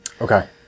Okay